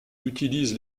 utilise